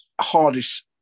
hardest